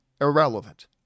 irrelevant